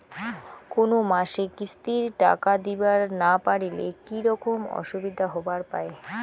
কোনো মাসে কিস্তির টাকা দিবার না পারিলে কি রকম অসুবিধা হবার পায়?